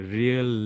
real